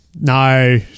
No